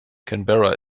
canberra